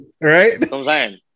Right